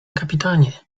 kapitanie